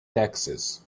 taxes